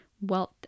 wealth